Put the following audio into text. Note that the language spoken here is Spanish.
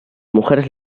mujeres